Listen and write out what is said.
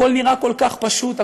הכול נראה כל כך פשוט,